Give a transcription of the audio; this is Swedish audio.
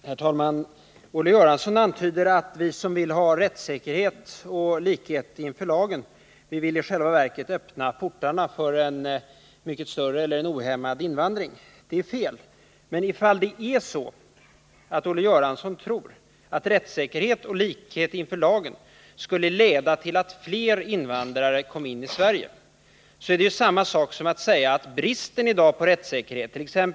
Herr talman! Olle Göransson antyder att vi som vill ha rättssäkerhet och likhet inför lagen i själva verket vill öppna portarna för en mycket större eller en ohämmad invandring. Det är fel. Men om Olle Göransson tror att rättssäkerhet och likhet inför lagen skulle leda till att fler invandrare kom in i Sverige, så är det detsamma som att säga att bristen på rättssäkerhet och likhet inför lagen —t.ex.